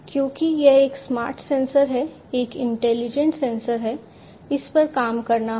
क्योंकि यह एक स्मार्ट सेंसर है एक इंटेलिजेंट सेंसर है इस पर काम करना है